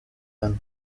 ane